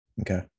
Okay